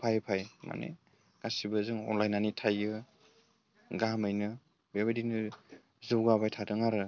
भाइ भाइ माने गासैबो जों अनलायनानै थायो गाहामैनो बेबायदिनो जौगाबाय थादों आरो